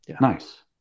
Nice